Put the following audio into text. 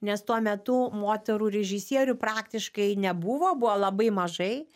nes tuo metu moterų režisierių praktiškai nebuvo buvo labai mažai